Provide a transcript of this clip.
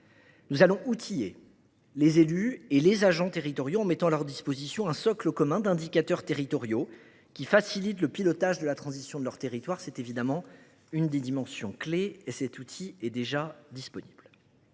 Nous allons outiller les élus et les agents territoriaux en mettant à leur disposition un socle commun d’indicateurs territoriaux facilitant le pilotage de la transition de leur territoire. C’est une dimension clé. Cet outil est déjà disponible.